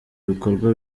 ibikorwa